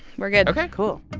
we're good ok cool.